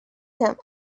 term